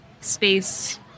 space